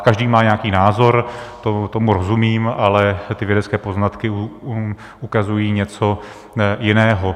Každý má nějaký názor, tomu rozumím, ale ty vědecké poznatky ukazují něco jiného.